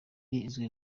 izwi